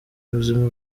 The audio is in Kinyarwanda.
buzima